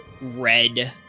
red